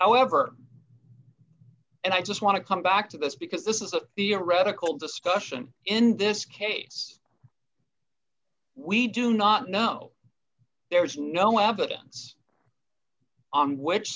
however and i just want to come back to this because this is a theoretical discussion in this case we do not know there is no evidence on which